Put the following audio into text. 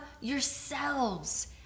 yourselves